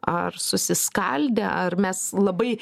ar susiskaldę ar mes labai